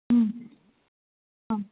অঁ অঁ